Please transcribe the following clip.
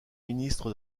ministre